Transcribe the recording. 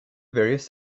various